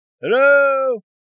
Hello